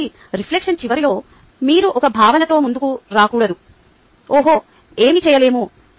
కాబట్టి రిఫ్లెక్షన్ చివరిలో మీరు ఒక భావనతో ముందుకు రాకూడదు ఓహ్ ఏమీ చేయలేము